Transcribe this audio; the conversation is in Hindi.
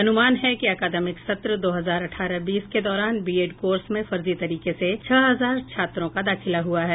अनुमान है कि अकादमिक सत्र दो हजार अठारह बीस के दौरान बीएड कोर्स में फर्जी तरीके से छह हजार छात्रों का दाखिला हुआ है